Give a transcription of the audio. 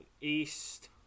east